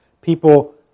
People